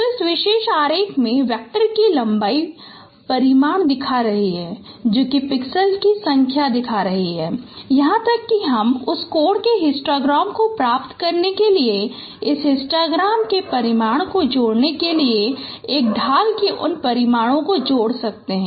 तो इस विशेष आरेख में वेक्टर की लंबाई परिमाण दिखा रही है जो कि पिक्सेल्स की संख्या दिखा रही है यहां तक कि हम उस कोण के हिस्टोग्राम को प्राप्त करने के लिए इस हिस्टोग्राम के परिमाण को जोड़ने के लिए एक ढाल के उन परिमाणों को जोड़ सकते हैं